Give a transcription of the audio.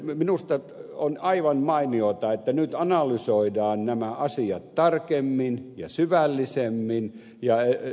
minusta on aivan mainiota että nyt analysoidaan nämä asiat tarkemmin ja syvällisemmin ja ed